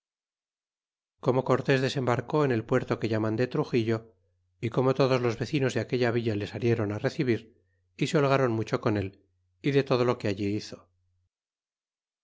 como cortes desembarcó en el puerto que llaman de truxillo y como todos los vecinos de aquella villa le salieron recebir y se holgron mucho con él y de todo lo que allí hizo